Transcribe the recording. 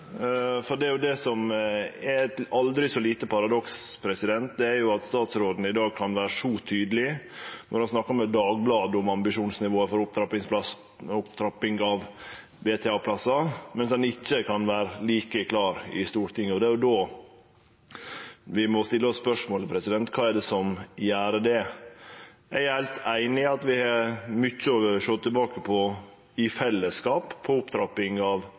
som er eit aldri så lite paradoks, er at statsråden i dag kan vere så tydeleg når han snakkar med Dagbladet om ambisjonsnivået for opptrapping av talet på VTA-plassar, mens han ikkje kan vere like klar i Stortinget. Det er då vi må vi stille oss spørsmålet: Kva er det som gjer det slik? Eg er heilt einig i at vi har mykje å sjå tilbake på i fellesskap når det gjeld opptrapping av